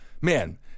man